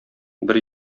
бер